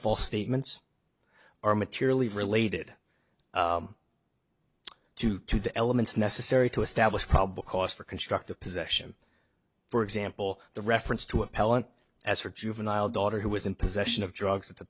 false statements are materially related due to the elements necessary to establish probable cause for constructive possession for example the reference to appellant as for juvenile daughter who was in possession of drugs at the